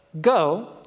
Go